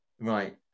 right